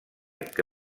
que